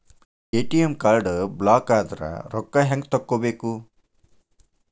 ATM card ಬ್ಲಾಕದ್ರ ರೊಕ್ಕಾ ಹೆಂಗ್ ತಕ್ಕೊಬೇಕು?